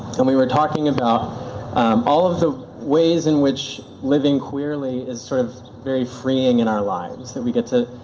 and we were talking about all of the ways in which living queerly is sort of very freeing in our lives, that we get to